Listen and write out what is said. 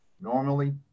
Normally